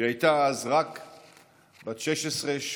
היא הייתה אז רק בת 17-16,